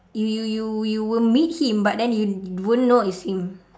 you you you you will meet him but you won't know it's him